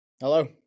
Hello